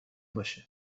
باشه